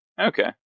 okay